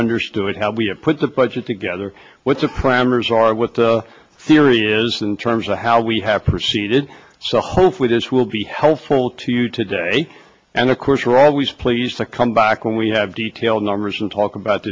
understood how we have put the budget together with the primaries are with the theory is in terms of how we have proceeded so hopefully this will be helpful to you today and of course we're always pleased to come back when we have detailed numbers and talk about